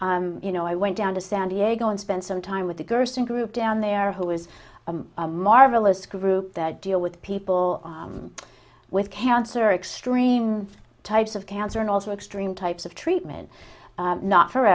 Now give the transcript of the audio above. you know i went down to san diego and spent some time with the gerson group down there who was a marvelous group that deal with people with cancer extreme types of cancer and also extreme types of treatment not for